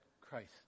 Christ